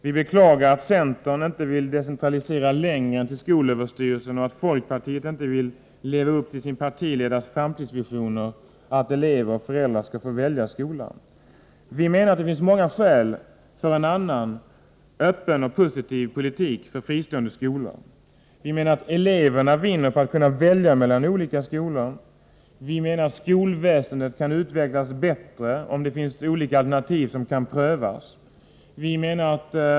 Vi beklagar att centern inte vill decentralisera längre än till skolöverstyrelsen och att folkpartiet inte vill leva upp till sin partiledares framtidsvisioner — att elever och föräldrar skall få välja skola. Vi menar att det finns många skäl för en annan, öppen och positiv politik för fristående skolor. Vi menar att eleverna vinner på att kunna välja mellan olika skolor. Skolväsendet kan utvecklas bättre om det finns olika alternativ som kan prövas.